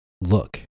look